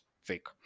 fake